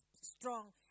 strong